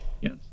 yes